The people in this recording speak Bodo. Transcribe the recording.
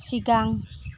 सिगां